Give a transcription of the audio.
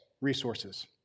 resources